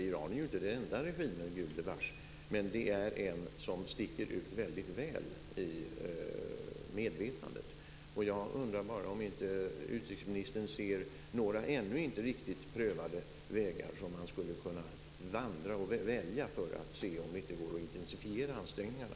Iran är ju inte den enda, gubevars, men en som sticker ut väldigt väl i medvetandet. Jag undrar bara om inte utrikesministern ser några ännu inte riktigt prövade vägar som man skulle kunna välja att vandra för att se om det inte går att intensifiera ansträngningarna.